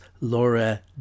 Laura